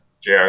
JR